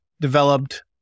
developed